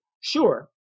sure